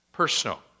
personal